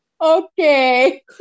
Okay